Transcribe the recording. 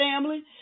family